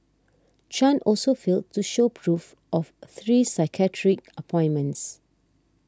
Chan also failed to show proof of three psychiatric appointments